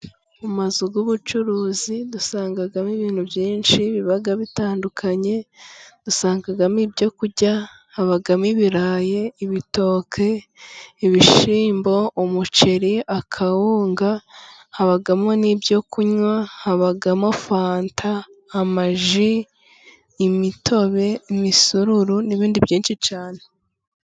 Mu mazu y'ubucuruzi usangamo ibintu byinshi biba bitandukanye usangagamo ibyo kurya. habamo ibirayi, ibitoke, ibishyimbo, umuceri ,akawunga, habamo n'ibyo kunywa. Habamo fanta, amaji, imitobe, imisururu n'ibindi byinshi cyane.